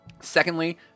Secondly